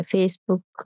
Facebook